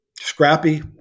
scrappy